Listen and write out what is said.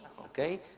Okay